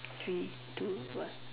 three two one